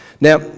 Now